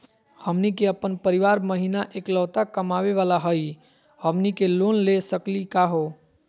हमनी के अपन परीवार महिना एकलौता कमावे वाला हई, हमनी के लोन ले सकली का हो?